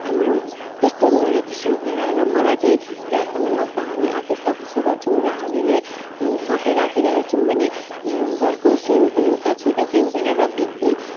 हाम्रो त्यस्तो उनीहरूले चाहिँ सोच्दैन र मलाई चाहिँ जहाँसम्म लाग्छ हामी आफै सफा सुग्घर छौँ र हामीले सफा राखिराखेको छौँ भने घरको सानोतिनो त छुँदा केही हुँदैन र भित्री